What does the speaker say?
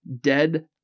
dead